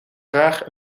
graag